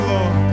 Lord